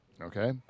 Okay